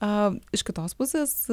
iš kitos pusės